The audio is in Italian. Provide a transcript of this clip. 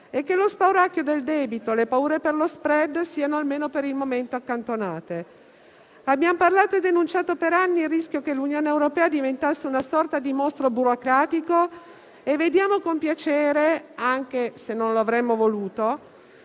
e che lo spauracchio del debito e le paure per lo *spread* siano almeno per il momento accantonate. Abbiamo parlato e denunciato per anni il rischio che l'Unione europea diventasse una sorta di mostro burocratico e vediamo con piacere, anche se non lo avremmo voluto,